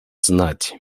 знать